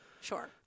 Sure